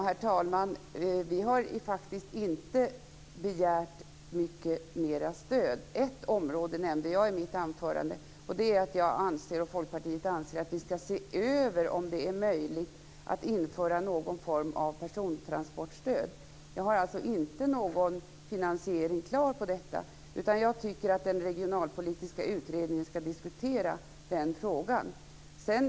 Herr talman! Vi har faktiskt inte begärt mycket mer stöd. Ett område nämnde jag i mitt anförande, och det är att jag och Folkpartiet anser att vi skall se över om det är möjligt att införa någon form av persontransportstöd. Jag har alltså inte någon finansiering klar för det, utan jag tycker att den regionalpolitiska utredningen skall diskutera den frågan.